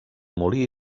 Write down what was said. molí